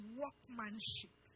workmanship